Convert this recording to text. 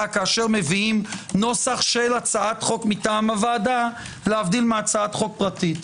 כשמביאים נוסח של הצעת חוק מטעם הוועדה להבדיל מהצעת חוק פרטית.